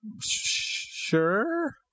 Sure